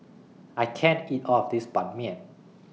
I can't eat All of This Ban Mian